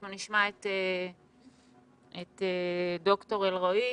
אנחנו נשמע את ד"ר אלרעי,